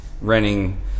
renting